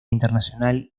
internacional